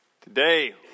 Today